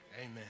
Amen